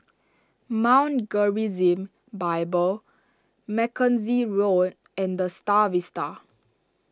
Mount Gerizim Bible Mackenzie Road and the Star Vista